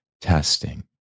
testing